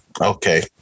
Okay